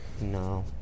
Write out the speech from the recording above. No